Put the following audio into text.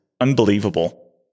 unbelievable